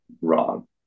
wrong